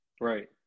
Right